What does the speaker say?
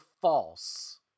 false